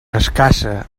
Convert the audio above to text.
escassa